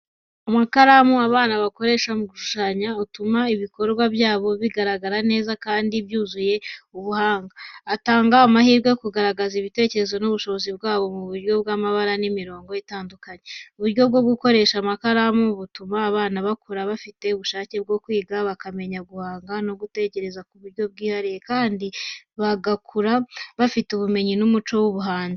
Amakaramu abana bakoresha mu gushushanya atuma ibikorwa byabo bigaragara neza kandi byuzuye ubuhanga. Atanga amahirwe yo kugaragaza ibitekerezo n'ubushobozi bwabo mu buryo bw’amabara n’imirongo itandukanye. Ubu buryo bwo gukoresha amakaramu butuma abana bakura bafite ubushake bwo kwiga, bakamenya guhanga no gutekereza ku buryo bwihariye, kandi bagakura bafite ubumenyi n’umuco w’ubuhanzi.